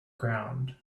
ground